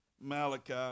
Malachi